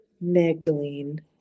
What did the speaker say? Magdalene